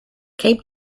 cape